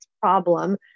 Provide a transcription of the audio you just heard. problem